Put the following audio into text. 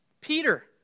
Peter